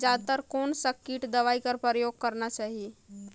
जादा तर कोन स किट दवाई कर प्रयोग करना चाही?